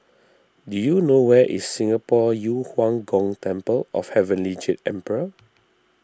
do you know where is Singapore Yu Huang Gong Temple of Heavenly Jade Emperor